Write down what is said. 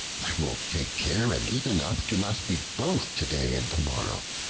i will take care and eat enough to last me both today and tomorrow.